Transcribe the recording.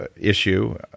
issue